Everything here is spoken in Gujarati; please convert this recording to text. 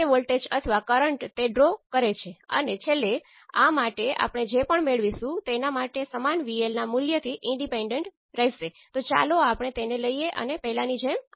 તેથી તે તેના જેવું જ છે આપણે આના ઉદાહરણો પછી જોશું